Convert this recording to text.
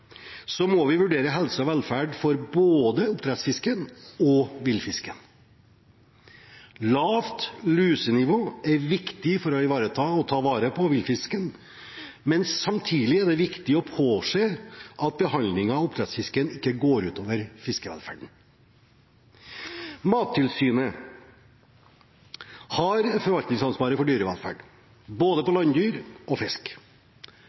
må vi vurdere helse og velferd for både oppdrettsfisken og villfisken. Lavt lusenivå er viktig for å ta vare på villfisken, men samtidig er det viktig å påse at behandlingen av oppdrettsfisken ikke går ut over fiskevelferden. Mattilsynet har forvaltningsansvaret for dyrevelferd, både for landdyr og for fisk.